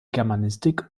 germanistik